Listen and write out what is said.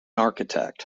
architect